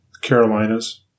Carolina's